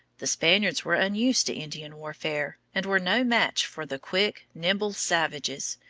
the spaniards were unused to indian warfare, and were no match for the quick, nimble savages,